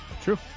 True